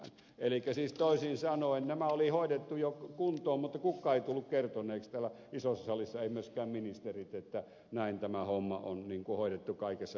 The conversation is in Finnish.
elikkä siis toisin sanoen nämä oli hoidettu jo kuntoon mutta kukaan ei tullut kertoneeksi täällä isossa salissa eivät myöskään ministerit että näin tämä homma on niin kuin hoidettu kaikessa hiljaisuudessa